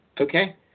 Okay